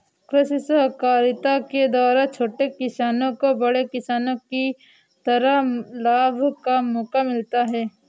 कृषि सहकारिता के द्वारा छोटे किसानों को बड़े किसानों की तरह लाभ का मौका मिलता है